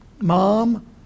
mom